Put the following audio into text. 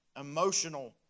emotional